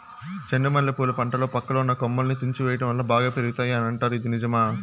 చెండు మల్లె పూల పంటలో పక్కలో ఉన్న కొమ్మలని తుంచి వేయటం వలన బాగా పెరుగుతాయి అని అంటారు ఇది నిజమా?